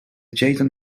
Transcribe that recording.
jason